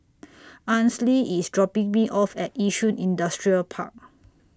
Ansley IS dropping Me off At Yishun Industrial Park